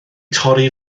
torri